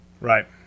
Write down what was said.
Right